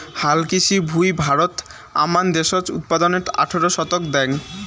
হালকৃষি ভুঁই ভারতত আমান দ্যাশজ উৎপাদনের আঠারো শতাংশ দ্যায়